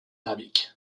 arabique